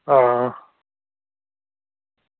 हां